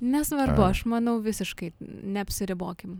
nesvarbu aš manau visiškai neapsiribokim